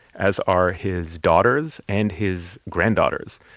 as are his daughters and his granddaughters.